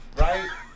right